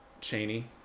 cheney